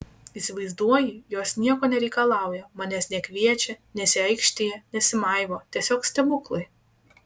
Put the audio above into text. įsivaizduoji jos nieko nereikalauja manęs nekviečia nesiaikštija nesimaivo tiesiog stebuklai